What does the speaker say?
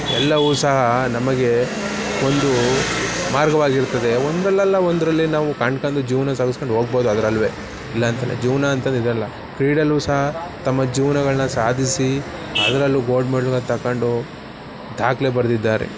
ಎಲ್ಲವೂ ಸಹ ನಮಗೆ ಒಂದು ಮಾರ್ಗವಾಗಿರುತ್ತದೆ ಒಂದರಲ್ಲಲ್ಲ ಒಂದರಲ್ಲಿ ನಾವು ಕಂಡ್ಕೊಂಡು ಜೀವನ ಸಾಗಿಸಿಕೊಂಡು ಹೋಗ್ಬೋದು ಅದ್ರಲ್ಲೂ ಇಲ್ಲಂತ ಅಲ್ಲ ಜೀವನ ಅಂತ ಅಂದ್ರೆ ಇದಲ್ಲ ಕ್ರೀಡೆಯಲ್ಲಿಯೂ ಸಹ ತಮ್ಮ ಜೀವನಗಳ್ನ ಸಾಧಿಸಿ ಅದರಲ್ಲೂ ಗೋಲ್ಡ್ ಮೆಡಲನ್ನ ತಗೊಂಡು ದಾಖಲೆ ಬರೆದಿದ್ದಾರೆ